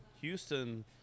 Houston